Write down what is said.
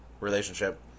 Relationship